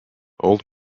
old